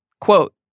Quote